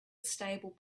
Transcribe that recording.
stable